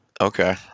okay